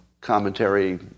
commentary